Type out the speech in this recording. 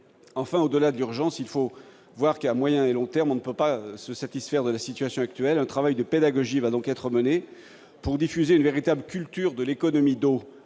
Au-delà de l'urgence, il faut voir que, à moyen et à long terme, on ne peut pas se satisfaire de la situation actuelle. Un travail de pédagogie va être mené pour diffuser une véritable culture de l'économie d'eau